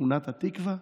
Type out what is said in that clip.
משכונת התקווה?